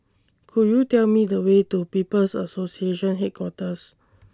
Could YOU Tell Me The Way to People's Association Headquarters